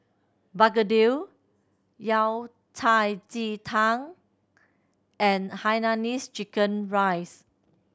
begedil Yao Cai ji tang and hainanese chicken rice